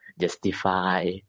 justify